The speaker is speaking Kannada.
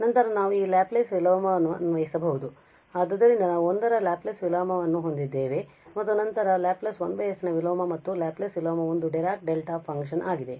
ಆದ್ದರಿಂದ ನಾವು 1 ರ ಲ್ಯಾಪ್ಲೇಸ್ ವಿಲೋಮವನ್ನು ಹೊಂದಿದ್ದೇವೆ ಮತ್ತು ನಂತರ ಲ್ಯಾಪ್ಲೇಸ್ 1 s ನ ವಿಲೋಮ ಮತ್ತು ಲ್ಯಾಪ್ಲೇಸ್ ವಿಲೋಮ 1 ಡಿರಾಕ್ ಡೆಲ್ಟಾ ಫಂಕ್ಷನ್ ಆಗಿದೆ